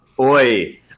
Oi